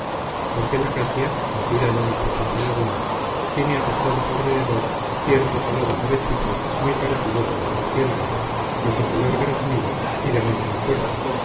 ojos porque la casia nacida en una profunda laguna tiene apostados alrededor ciertos alados avechuchos muy parecidos a los murciélagos de singular graznido y de muy gran fuerza